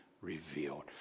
revealed